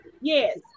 Yes